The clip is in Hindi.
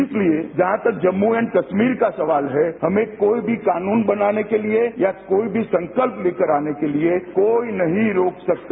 इसलिए जहां तक जम्मू एण्ड कश्मीर का सवाल है हमें कोई भी कानून बनाने के लिए या कोई भी संकल्प लेकर आने के लिए कोई नहीं रोक सकता